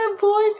boy